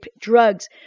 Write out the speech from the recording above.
drugs